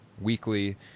weekly